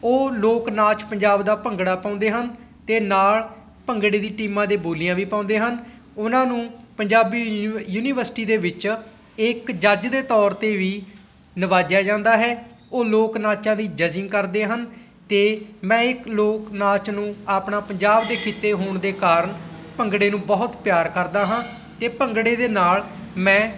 ਉਹ ਲੋਕ ਨਾਚ ਪੰਜਾਬ ਦਾ ਭੰਗੜਾ ਪਾਉਂਦੇ ਹਨ ਅਤੇ ਨਾਲ ਭੰਗੜੇ ਦੀ ਟੀਮਾਂ ਦੇ ਬੋਲੀਆਂ ਵੀ ਪਾਉਂਦੇ ਹਨ ਉਹਨਾਂ ਨੂੰ ਪੰਜਾਬੀ ਯੂਨੀਵਰਸਿਟੀ ਦੇ ਵਿੱਚ ਇੱਕ ਜੱਜ ਦੇ ਤੌਰ 'ਤੇ ਵੀ ਨਿਵਾਜਿਆ ਜਾਂਦਾ ਹੈ ਉਹ ਲੋਕ ਨਾਚਾਂ ਦੀ ਜਜਿੰਗ ਕਰਦੇ ਹਨ ਅਤੇ ਮੈਂ ਇੱਕ ਲੋਕ ਨਾਚ ਨੂੰ ਆਪਣਾ ਪੰਜਾਬ ਦੇ ਖਿੱਤੇ ਹੋਣ ਦੇ ਕਾਰਨ ਭੰਗੜੇ ਨੂੰ ਬਹੁਤ ਪਿਆਰ ਕਰਦਾ ਹਾਂ ਅਤੇ ਭੰਗੜੇ ਦੇ ਨਾਲ ਮੈਂ